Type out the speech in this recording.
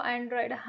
Android